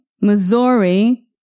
Missouri